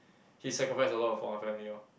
he sacrifice a lot for my family orh